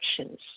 actions